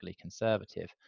conservative